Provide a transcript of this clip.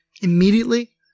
Immediately